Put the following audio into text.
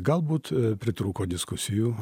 galbūt pritrūko diskusijų